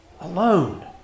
alone